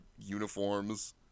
uniforms